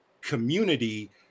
community